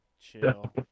Chill